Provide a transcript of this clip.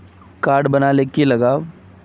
Card बना ले की लगाव?